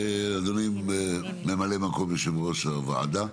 אדוני ממלא מקום יושב ראש הוועדה.